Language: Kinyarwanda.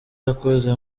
yakoze